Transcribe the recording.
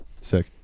Sick